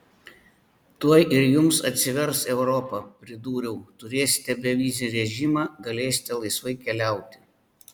tuoj ir jums atsivers europa pridūriau turėsite bevizį režimą galėsite laisvai keliauti